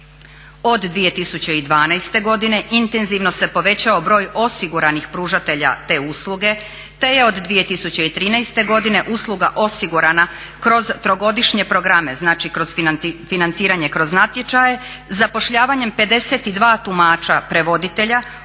Od 2012. godine intenzivno se povećao broj osiguranih pružatelja te usluge te je od 2013. usluga osigurana kroz trogodišnje programe, znači financiranje kroz natječaje, zapošljavanjem 52 tumača prevoditelja